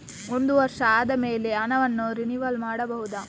ಒಂದು ವರ್ಷ ಆದಮೇಲೆ ಹಣವನ್ನು ರಿನಿವಲ್ ಮಾಡಬಹುದ?